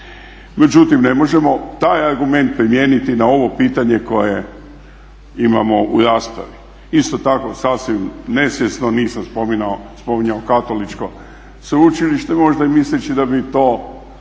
Međutim ne možemo taj argument primijeniti na ovo pitanje koje imamo u raspravi. Isto tako sasvim nesvjesno nisam spominjao Katoličko sveučilište, možda i misleći da bi to